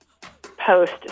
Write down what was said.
post